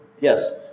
Yes